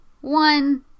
one